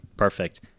Perfect